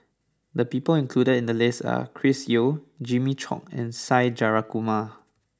the people included in the list are Chris Yeo Jimmy Chok and Side Jayakumar